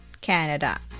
Canada